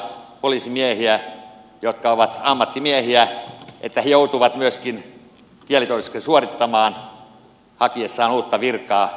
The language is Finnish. onko se oikein mietitään vanhoja poliisimiehiä jotka ovat ammattimiehiä että he joutuvat myöskin kielitodistuksen suorittamaan hakiessaan uutta virkaa käytännössä yksikielisellä paikkakunnalla